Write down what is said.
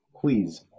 Please